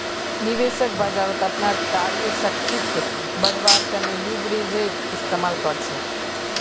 निवेशक बाजारत अपनार क्रय शक्तिक बढ़व्वार तने लीवरेजेर इस्तमाल कर छेक